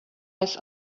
eyes